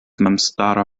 memstara